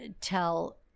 tell